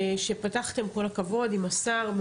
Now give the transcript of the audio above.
שפתחתם, כל הכבוד, עם השר.